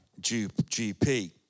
GP